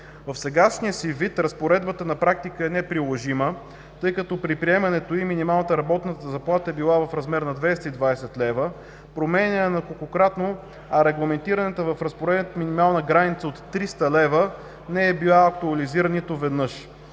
В сегашния си вид Разпоредбата на практика е неприложима, тъй като при приемането ѝ минималната работна заплата е била в размер на 220 лв., променяна неколкократно, а регламентираната в Разпоредбата минимална граница от 300 лв. не е била актуализирана нито веднъж.